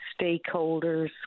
stakeholders